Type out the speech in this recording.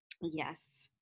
Yes